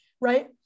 right